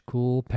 Cool